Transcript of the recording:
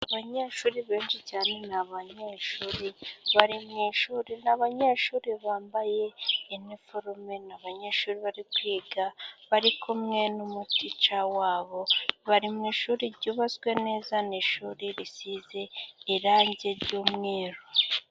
Abanyeshuri benshi cyane, ni abanyeshuri bari mu ishuri. Ni abanyeshuri bambaye iniforume, ni abanyeshuri bari kwiga bari kumwe n'umutica wabo. Bari mu ishuri ryubatswe neza, ni ishuri risize irangi ry'umweru.